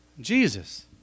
jesus